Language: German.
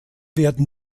werden